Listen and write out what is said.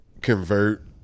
convert